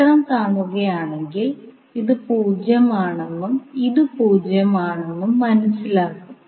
ചിത്രം കാണുകയാണെങ്കിൽ ഇത് 0 ആണെന്നും ഇതും 0 ആണെന്നും മനസ്സിലാകും